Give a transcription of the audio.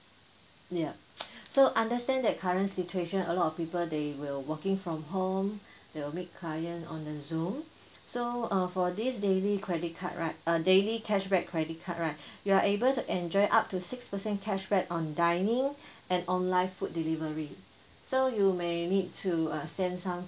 ya so understand that current situation a lot of people they will working from home they will meet client on the zoom so uh for this daily credit card right uh daily cashback credit card right you are able to enjoy up to six percent cashback on dining and online food delivery so you may need to uh send some